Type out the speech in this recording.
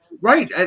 right